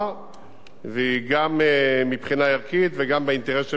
והיא גם מבחינה ערכית וגם באינטרס של מדינת ישראל